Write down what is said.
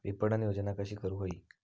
विपणन योजना कशी करुक होई?